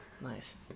Nice